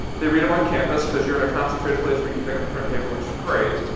they read em on campus cause you're in a concentrated place where you can pick up a print paper which is great.